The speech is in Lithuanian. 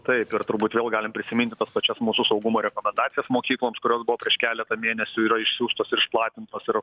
taip ir turbūt vėl galim prisiminti tas pačias mūsų saugumo rekomendacijas mokykloms kurios buvo prieš keletą mėnesių yra išsiųstos ir išplatintos ir